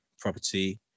property